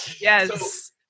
Yes